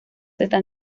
están